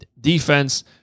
defense